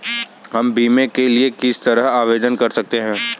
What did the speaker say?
हम बीमे के लिए किस तरह आवेदन कर सकते हैं?